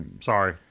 Sorry